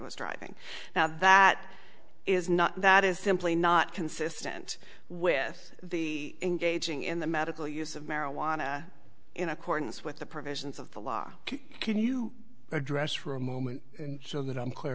was driving now that is not that is simply not consistent with the engaging in the medical use of marijuana in accordance with the provisions of the law can you address for a moment so that i'm clear